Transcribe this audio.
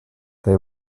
they